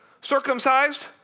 Circumcised